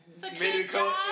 medical